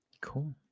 Cool